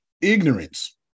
Ignorance